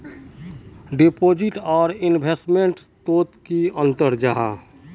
Deposit आर investment तोत की अंतर जाहा?